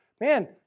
man